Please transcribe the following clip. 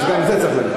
אז גם זה צריך להיאמר.